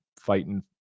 fighting